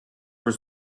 was